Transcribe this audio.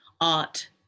art